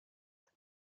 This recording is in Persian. داد